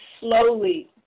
slowly